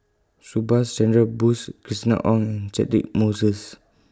Subhas Chandra Bose Christina Ong Catchick Moses